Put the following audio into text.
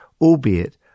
albeit